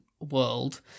world